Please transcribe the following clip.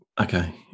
okay